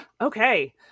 Okay